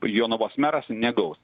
jonavos meras negaus